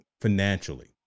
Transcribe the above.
financially